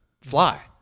fly